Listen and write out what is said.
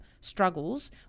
struggles